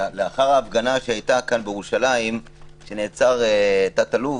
לאחר ההפגנה שהייתה כאן בירושלים שנעצר תת-אלוף,